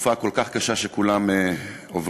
בתקופה הכל-כך קשה שכולם עוברים.